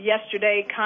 yesterday